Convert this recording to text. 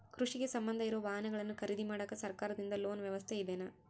ಕೃಷಿಗೆ ಸಂಬಂಧ ಇರೊ ವಾಹನಗಳನ್ನು ಖರೇದಿ ಮಾಡಾಕ ಸರಕಾರದಿಂದ ಲೋನ್ ವ್ಯವಸ್ಥೆ ಇದೆನಾ?